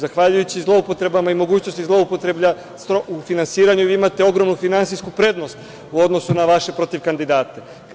Zahvaljujući zloupotrebama i mogućnosti zloupotreblja u finansiranju vi imate ogromnu finansijsku prednost u odnosu na vaše protivkandidate.